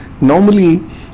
normally